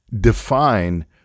define